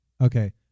okay